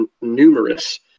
numerous